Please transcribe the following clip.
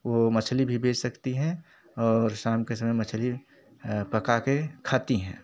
वे मछली भी बेच सकती हैं और शाम के समय मछली पकाकर खाती हैं